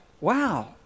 wow